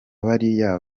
bariya